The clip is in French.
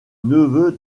neveu